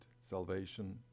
salvation